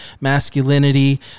masculinity